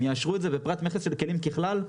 הם יאשרו את זה בפרט מכס של כלים ככלל.